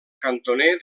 cantoner